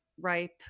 ripe